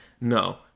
No